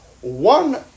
one